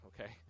okay